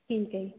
ਠੀਕ ਹੈ ਜੀ